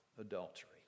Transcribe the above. adultery